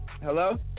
Hello